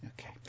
Okay